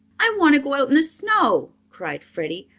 i want to go out in the snow! cried freddie.